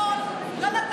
תודה.